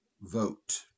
vote